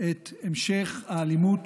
את המשך האלימות